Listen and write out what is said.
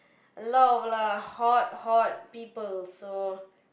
a lot of lah hot hot people so